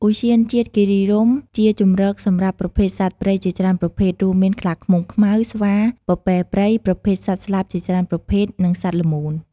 ឧទ្យានជាតិគិរីរម្យជាជម្រកសម្រាប់ប្រភេទសត្វព្រៃជាច្រើនប្រភេទ រួមមាន ខ្លាឃ្មុំខ្មៅ ស្វា ពពែព្រៃប្រភេទសត្វស្លាបជាច្រើនប្រភេទ និងសត្វល្មូន។